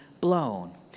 blown